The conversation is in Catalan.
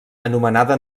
anomenada